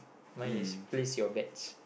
mine is pleased your bed